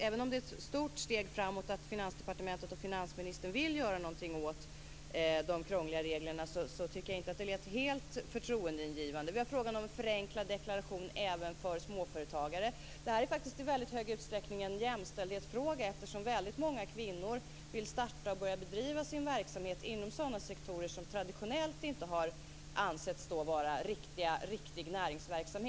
Även om det är ett stort steg framåt att Finansdepartementet och finansministern vill göra någonting åt de krångliga reglerna, tycker jag inte att det lät helt förtroendeingivande. Frågan om förenklad deklaration även för småföretagare är i väldigt stor utsträckning en jämställdhetsfråga, eftersom väldigt många kvinnor vill starta och börja bedriva sin verksamhet inom sektorer som traditionellt inte har ansetts vara riktig näringsverksamhet.